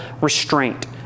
restraint